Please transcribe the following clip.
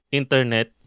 internet